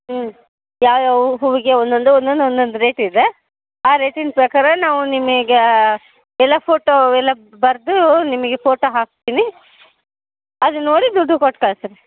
ಹ್ಞೂ ಯಾವ್ಯಾವ ಹೂವಿಗೆ ಒಂದೊಂದು ಒಂದೊಂದು ಒಂದೊಂದು ರೇಟ್ ಇದೆ ಆ ರೇಟಿನ ಪ್ರಕಾರ ನಾವು ನಿಮಗೇ ಎಲ್ಲ ಫೋಟೋ ಎಲ್ಲ ಬರೆದು ನಿಮಗೆ ಫೋಟೋ ಹಾಕ್ತೀನಿ ಅದನ್ನು ನೋಡಿ ದುಡ್ಡು ಕೊಟ್ಟು ಕಳಿಸ್ರಿ